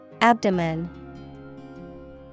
Abdomen